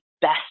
best